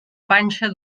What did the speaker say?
panxa